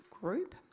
group